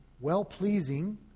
well-pleasing